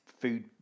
food